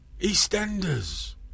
EastEnders